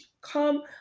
Come